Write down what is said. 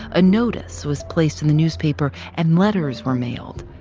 a notice was placed in the newspaper and letters were mailed.